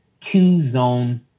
two-zone